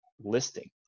listing